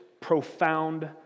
profound